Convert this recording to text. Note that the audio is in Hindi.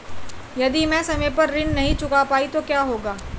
यदि मैं समय पर ऋण नहीं चुका पाई तो क्या होगा?